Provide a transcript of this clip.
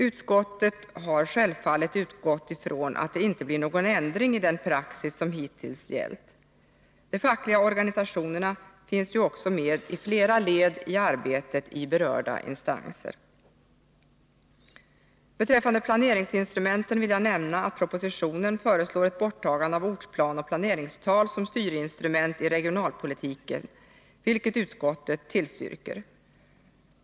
Utskottet har självfallet utgått från att det inte blir någon ändring i den praxis som hittills gällt. De fackliga organisationerna finns ju också med i flera led när det gäller arbetet i berörda instanser. Beträffande planeringsinstrumenten vill jag nämna att prepositionen föreslår ett borttagande av ortsplan och planeringstal som styrinstrument i regionalpolitiken, vilket utskottet tillstyrker.